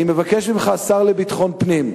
אני מבקש ממך, השר לביטחון פנים,